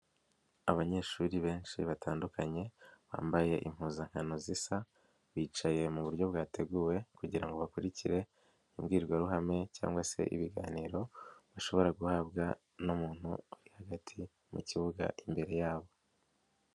Abanyeshuri benshi batandukanye bambaye impuzankano zisa, bicariye mu buryo bwateguwe kugira ngo bakurikire imbwirwaruhame cyangwa se ibiganiro, bashobora guhabwa n'umuntu hagati mu kibuga imbere yabo.